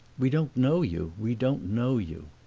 we don't know you we don't know you.